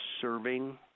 serving